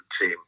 team